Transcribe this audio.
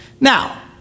Now